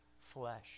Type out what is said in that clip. flesh